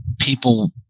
people